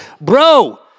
bro